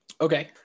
Okay